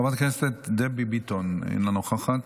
חברת הכנסת דבי ביטון, אינה נוכחת,